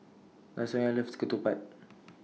Lasonya loves Ketupat